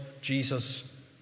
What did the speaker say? Jesus